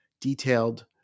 detailed